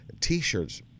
t-shirts